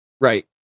Right